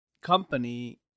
company